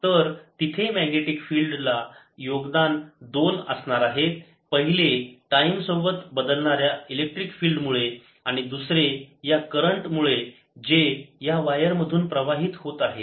तर तिथे magnetic field ला दोन योगदान असणार आहेत पहिले टाईम सोबत बदलणाऱ्या इलेक्ट्रिक फिल्ड मुळे आणि दुसरे या करंट मुळे जे या वायर मधून प्रवाहित होत आहे